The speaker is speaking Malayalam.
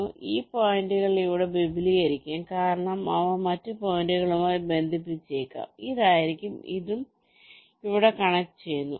അതിനാൽ ഈ പോയിന്റുകൾ ഇവിടെ വിപുലീകരിക്കാം കാരണം അവ മറ്റ് പോയിന്റുകളുമായി ബന്ധിപ്പിച്ചേക്കാം ഇതായിരിക്കും ഇതും ഇവിടെ കണക്റ്റുചെയ്യുന്നു